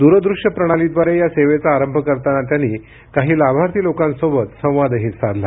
दूरदृश्य प्रणालीद्वारे या सेवेचा आरंभ करताना त्यांनी काही लाभार्थी लोकांसोबत संवादही साधला